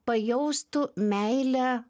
pajaustų meilę